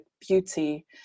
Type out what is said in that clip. beauty